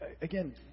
again